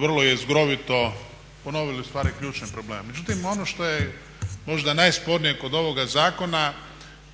vrlo jezgrovito ponovili ustvari ključne probleme. Međutim, ono što je možda najspornije kod ovoga zakona